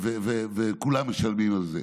וכולם משלמים על זה.